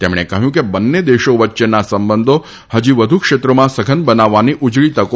તેમણે કહ્યું કે બંને દેશો વચ્ચેના સંબંધો હજી વધુ ક્ષેત્રોમાં સઘન બનાવવાની ઉજળી તકો છે